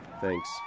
Thanks